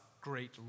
great